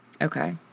Okay